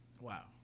Wow